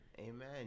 Amen